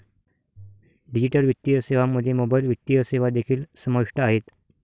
digital वित्तीय सेवांमध्ये mobile वित्तीय सेवा देखील समाविष्ट आहेत